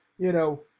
you know,